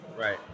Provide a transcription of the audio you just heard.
Right